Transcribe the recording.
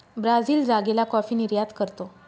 Brazil जागेला coffee निर्यात करतो